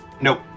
Nope